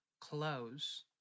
close